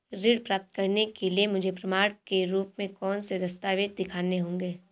ऋण प्राप्त करने के लिए मुझे प्रमाण के रूप में कौन से दस्तावेज़ दिखाने होंगे?